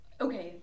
Okay